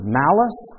malice